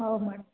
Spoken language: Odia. ହଉ ମ୍ୟାଡ଼ାମ୍